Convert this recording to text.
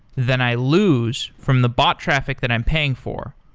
then i lose from the bot traffic that i'm paying for.